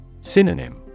Synonym